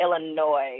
Illinois